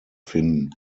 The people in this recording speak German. finden